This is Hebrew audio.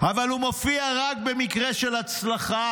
אבל הוא מופיע רק במקרה של הצלחה.